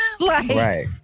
Right